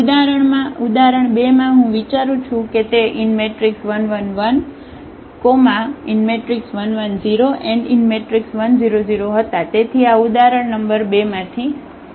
ઉદાહરણ 2 માં હું વિચારું છું કે તે 1 1 1 1 1 0 1 0 0 હતા તેથી આ ઉદાહરણ નંબર 2 માંથી હતા